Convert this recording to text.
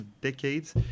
decades